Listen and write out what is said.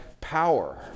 power